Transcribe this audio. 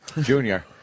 Junior